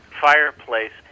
fireplace